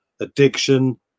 addiction